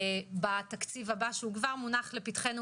בתקציב הבא שכבר מונח לפתחנו,